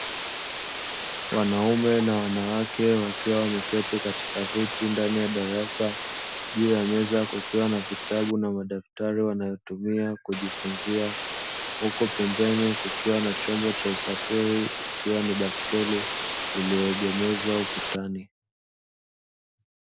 Wanaume na wanawake, wakiwa wameketi katika viti ndani ya darasa. Juu ya meza kukiwa na vitabu na madaftari wanayotumia kujifunza, huku pembeni kukiwa na chombo cha usafiri. Ikiwa ni baiskeli iliyoegemezwa ukutani.